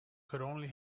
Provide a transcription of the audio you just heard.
could